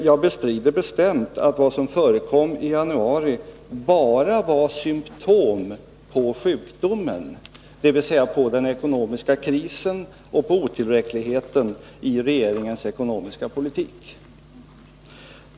Jag bestrider bestämt att vad som förekom i januari bara var symtom på sjukdomen, dvs. på den ekonomiska krisen och på otillräckligheten i regeringens ekonomiska politik.